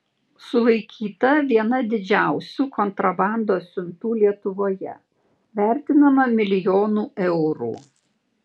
sulaikyta viena didžiausių kontrabandos siuntų lietuvoje vertinama milijonu eurų